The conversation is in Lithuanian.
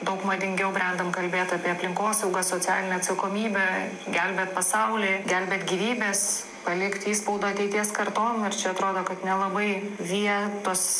daug madingiau brendam kalbėt apie aplinkosaugą socialinę atsakomybę gelbėt pasaulį gelbėt gyvybes palikt įspaudą ateities kartom ir čia atrodo kad nelabai vietos